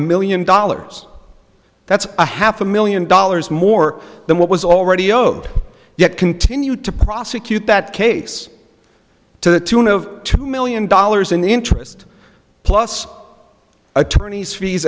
million dollars that's a half a million dollars more than what was already over yet continue to prosecute that case to the tune of two million dollars in the interest plus attorneys fees